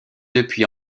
depuis